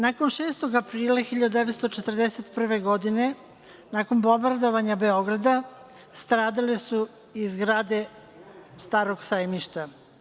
Nakon 6. aprila 1941. godine, nakon bombardovanja Beograda stradale su i zgrade „Starog Sajmišta“